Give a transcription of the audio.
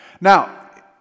Now